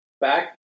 back